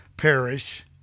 perish